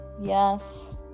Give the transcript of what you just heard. yes